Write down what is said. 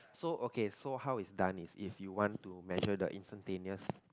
so okay so how is done is if you want to measure the instantaneous